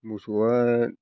मोसौआ